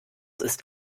ist